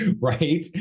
Right